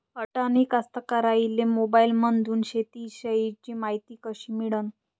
अडानी कास्तकाराइले मोबाईलमंदून शेती इषयीची मायती कशी मिळन?